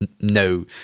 no